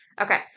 okay